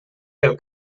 del